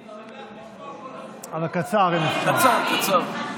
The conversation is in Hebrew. אדוני היושב-ראש, אני שמח לשמוע קולות, היושב-ראש,